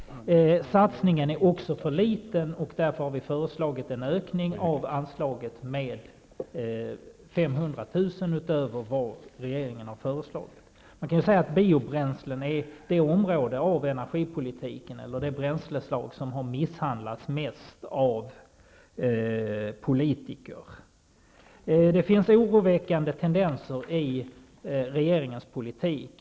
Satsningen är också för liten. Därför har vi föreslagit en ökning av anslaget med 500 000 utöver vad regeringen har föreslagit. Man kan säga att biobränslen är det område av energipolitiken och det bränsleslag som har misshandlats mest av politiker. Det finns oroväckande tendenser i regeringens politik.